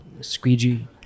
squeegee